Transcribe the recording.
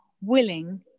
willing